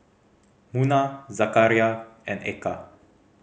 Munah Zakaria and Eka